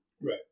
Right